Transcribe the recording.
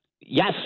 Yes